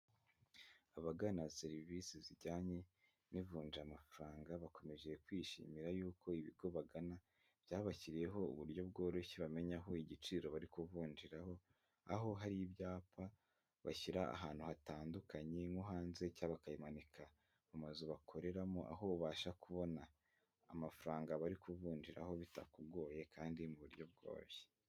Abagana serivisi zijyanye n'ivunjamafaranga, bakomeje kwishimira yuko ibigo bagana byabashyiriyeho uburyo bworoshye bamenya aho igiciro bari kuvunjiraho, aho hari ibyapa bashyira ahantu hatandukanye nko hanze cyangwa bakabimanika mu mazu bakoreramo, aho ubasha kubona amafaranga bari kuvunjiraho bitakugoye kandi mu buryo bworoshye.